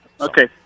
Okay